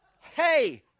Hey